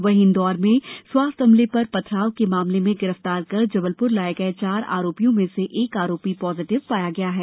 वहीं इंदौर में स्वास्थ्य अमले पर पथराव के मामले में गिरफ्तार कर जबलप्र लाये गए चार आरोपियों में से एक आरोपी पॉजिटिव पाया गया है